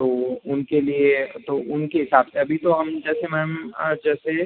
तो उनके लिए तो उनके हिसाब से अभी तो हम जैसे मैम आ जैसे